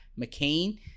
McCain